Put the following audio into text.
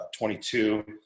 22